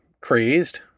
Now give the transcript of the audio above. crazed